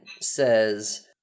says